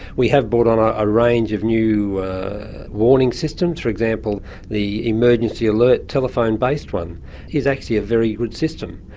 we have brought on ah a range of new warning systems, for example the emergency alert telephone-based one is actually a very good system,